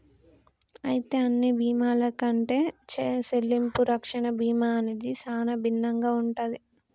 అయితే అన్ని బీమాల కంటే సెల్లింపు రక్షణ బీమా అనేది సానా భిన్నంగా ఉంటది